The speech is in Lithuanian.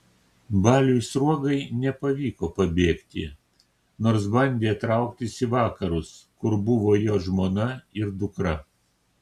baliui sruogai nepavyko pabėgti nors bandė trauktis į vakarus kur buvo jo žmona ir dukra